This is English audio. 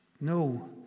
No